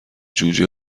جوجه